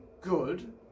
good